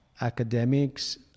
academics